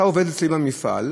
אתה עובד אצלי במפעל,